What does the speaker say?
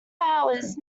hours